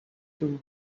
too